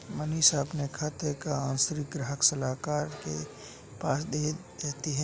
मनीषा अपने खाते का सारांश ग्राहक सलाहकार के पास से देखी